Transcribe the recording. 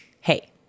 hey